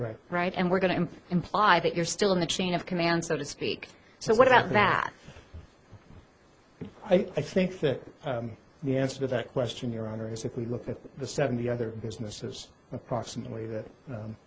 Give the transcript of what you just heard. right right and we're going to imply that you're still in the chain of command so to speak so what about that i think that the answer to that question your honor is if we look at the seventy other businesses approximately that